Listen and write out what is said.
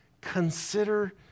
consider